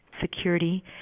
security